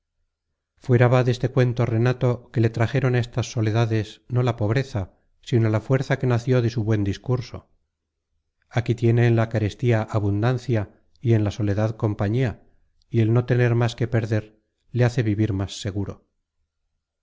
fuera va deste cuento renato que le trajeron á estas soledades no la pobreza sino la fuerza que nació de su buen discurso aquí tiene en la carestía abundancia y en la soledad compañía y el no tener más que perder le hace vivir más seguro